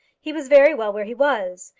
he was very well where he was.